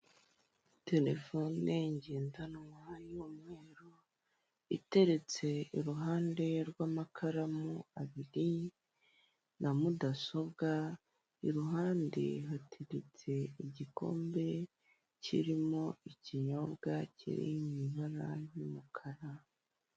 Terefone ngendanwa y'umweru iteretse iruhande rw'amakaramu abiri na mudasobwa iruhande hateretse igikombe kirimo ikinyobwa kiri mu ibara ry'umukara.